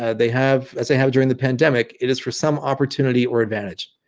and they have as i have during the pandemic, it is for some opportunity or advantage,